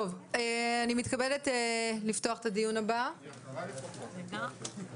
אני מתכבדת לפתוח את הדיון הבא של